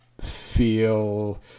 feel